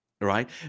right